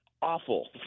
Awful